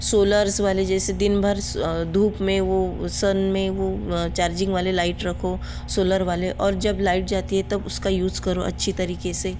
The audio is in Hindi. सोलर्स वाले जैसे दिनभर सो धूप में वो सन में वो चार्जिंग वाले लाइट रखो सोलर वाले और जब लाइट जाती है तब उसका यूज़ करो अच्छे तरीके से